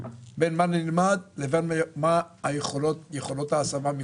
בין מה נלמד לבין מה יכולות ההשמה המקצועיות.